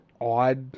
odd